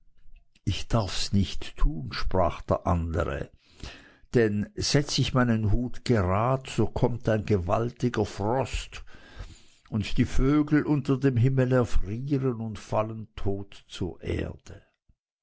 ich darfs nicht tun sprach der andere denn setz ich meinen hut gerad so kommt ein gewaltiger frost und die vögel unter dem himmel erfrieren und fallen tot zur erde